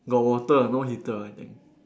got water no heater I think